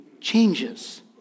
changes